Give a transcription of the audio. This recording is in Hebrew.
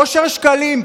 אושר שקלים,